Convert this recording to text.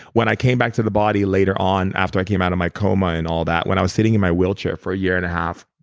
when i came back to the body later on after i came out of my coma and all that. when i was sitting in my wheelchair for a year and a half,